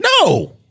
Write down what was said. no